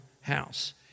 house